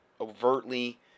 overtly